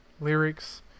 lyrics